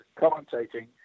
commentating